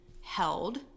held